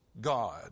God